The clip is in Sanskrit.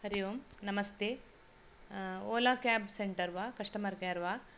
हरि ओं नमस्ते ओला केब् सेण्टर् वा कस्टमर् केर् वा